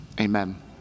amen